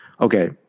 okay